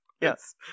Yes